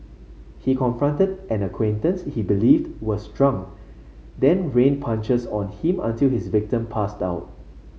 he confronted an acquaintance he believed was drunk then rained punches on him until his victim passed out